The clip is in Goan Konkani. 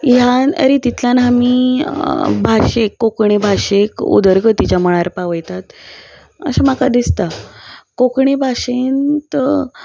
ह्या रितीतल्यान आमी भाशेक कोंकणी भाशेक उदरगतीच्या म्हळ्यार पावयतात अशें म्हाका दिसता कोंकणी भाशेंत